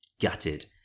gutted